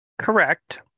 Correct